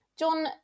John